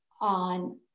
on